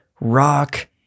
rock